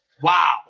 Wow